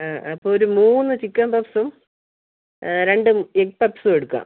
ആ ആ അപ്പം ഒരു മൂന്ന് ചിക്കൻ പപ്പ്സും രണ്ട് എഗ്ഗ് പപ്പ്സും എടുക്കാം